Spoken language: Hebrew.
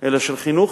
אלא של חינוך